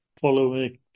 following